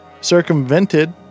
circumvented